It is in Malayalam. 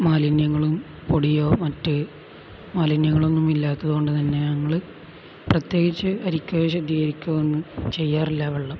മാലിന്യങ്ങളും പൊടിയോ മറ്റു മാലിന്യങ്ങളൊന്നും ഇല്ലാത്തതുകൊണ്ടു തന്നെ ഞങ്ങള് പ്രത്യേകിച്ച് അരിക്കുകയോ ശ്രദ്ധീകരിക്കുകയോ ഒന്നും ചെയ്യാറില്ല വെള്ളം